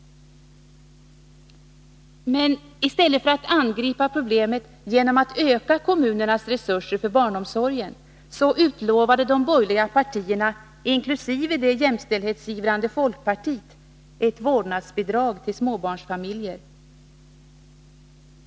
Men i stället för att angripa problemet genom att öka kommunernas resurser för barnomsorgen utlovade de borgerliga partierna, inkl. det jämställdhetsivrande folkpartiet, ett vårdnadsbidrag till småbarnsfamiljer.